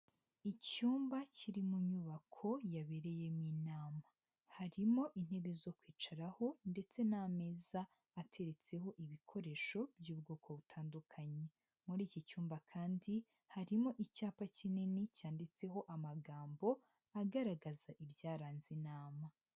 Icyumba kiri mu nyubako yabereyemo inama. Harimo intebe zo kwicaraho, ndetse n'ameza ateretseho ibikoresho by'ubwoko butandukanye. Muri iki cyumba kandi harimo icyapa kinini cyanditseho amagambo agaragaza ibyaranze inama.